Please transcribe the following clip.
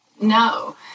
No